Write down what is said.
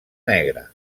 negre